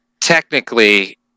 technically